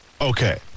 Okay